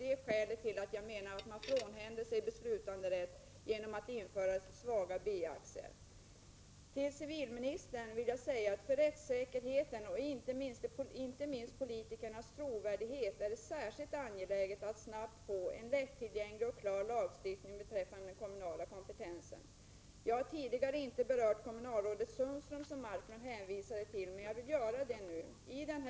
Det är skälet till att jag menar att man frånhänder sig beslutanderätt genom att införa svaga B-aktier. Till civilministern vill jag säga att för rättssäkerheten och inte minst för politikernas trovärdighet är det särskilt angeläget att snabbt få en lättillgänglig och klar lagstiftning beträffande den kommunala kompetensen. Jag har tidigare inte talat om kommunalrådet Sundström, som Leif Marklund hänvisade till, men jag vill göra det nu.